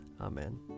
Amen